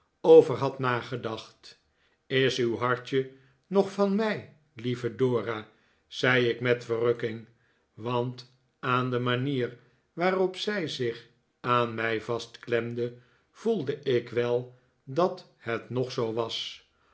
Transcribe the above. over had nagedacht is uw hartje nog van mij lieve dora zei ik met verrukking want aan de manier waarop zij zich aan mij vastklemde voelde ik wel dat het nog zoo was